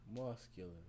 Muscular